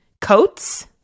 coats